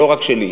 לא רק שלי,